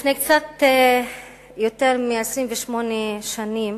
לפני קצת יותר מ-28 שנים